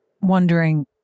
wondering